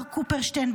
בר קופרשטיין,